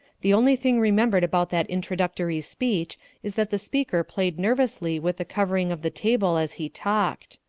the only thing remembered about that introductory speech is that the speaker played nervously with the covering of the table as he talked.